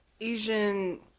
asian